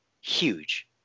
huge